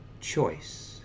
choice